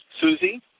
Susie